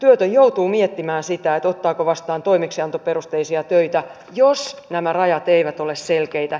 työtön joutuu miettimään sitä ottaako vastaan toimeksiantoperusteisia töitä jos nämä rajat eivät ole selkeitä